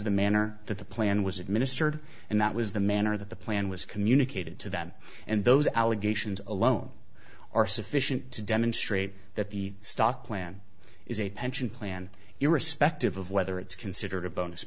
the manner that the plan was administered and that was the manner that the plan was communicated to them and those allegations alone are sufficient to demonstrate that the stock plan is a pension plan your respective of whether it's considered a bonus